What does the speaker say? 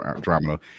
drama